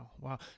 Wow